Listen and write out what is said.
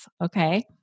Okay